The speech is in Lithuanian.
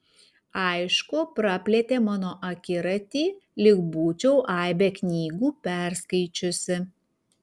aišku praplėtė mano akiratį lyg būčiau aibę knygų perskaičiusi